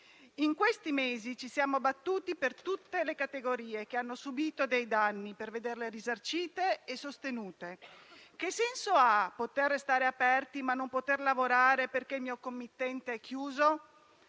In questi mesi ci siamo battuti per tutte le categorie che hanno subito dei danni, per vederle risarcite e sostenute. Che senso ha poter restare aperti, ma non poter lavorare perché il mio committente è chiuso?